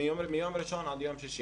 מיום ראשון עד יום שישי.